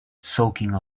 soaking